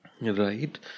right